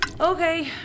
Okay